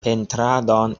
pentradon